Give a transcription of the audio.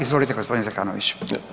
Izvolite gospodine Zekanović.